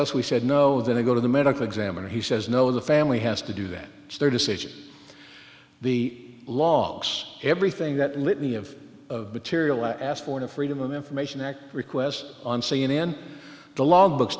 us we said no then i go to the medical examiner he says no the family has to do that it's their decision the logs everything that litany of material i asked for the freedom of information act requests on c n n the log books